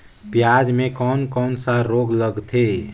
पियाज मे कोन कोन सा रोग लगथे?